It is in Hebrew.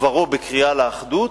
דברו בקריאה לאחדות,